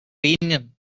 opinion